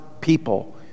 people